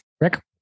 Rick